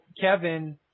Kevin